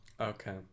Okay